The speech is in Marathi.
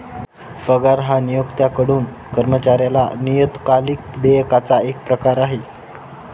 पगार हा नियोक्त्याकडून कर्मचाऱ्याला नियतकालिक देयकाचा एक प्रकार आहे